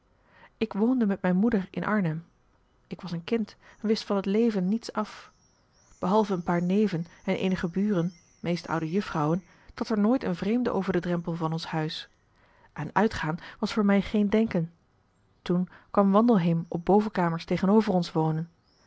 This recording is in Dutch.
ik woonde met mijn moeder in arnhem ik was een kind en wist van het leven niets af behalve een paar neven en eenige buren meest oude jufvrouwen trad er nooit een vreemde over den drempel van ons huis aan uitgaan was voor mij geen denken toen kwam wandelheem op bovenkamers tegenover ons wonen